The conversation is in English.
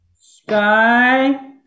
sky